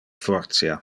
fortia